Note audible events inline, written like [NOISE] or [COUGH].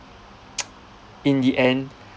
[NOISE] in the end